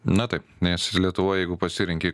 na taip nes lietuvoje jeigu pasirenki